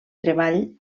treball